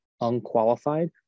unqualified